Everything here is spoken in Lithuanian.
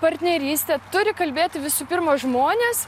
partnerystę turi kalbėti visų pirma žmonės